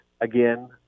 again